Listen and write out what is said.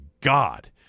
God